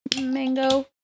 Mango